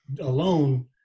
alone